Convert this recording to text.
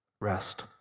Rest